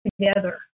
together